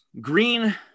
Green